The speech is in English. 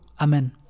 amen